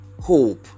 hope